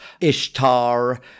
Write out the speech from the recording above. Ishtar